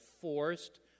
forced